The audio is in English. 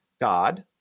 God